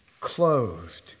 clothed